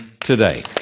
today